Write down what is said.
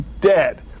dead